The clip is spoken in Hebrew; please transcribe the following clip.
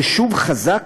יישוב חזק,